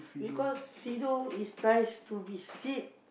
because Fiido is nice to be sit